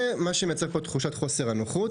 זה מה שמייצר את תחושת חוסר הנוחות.